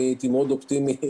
הייתי מאוד אופטימי,